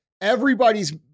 everybody's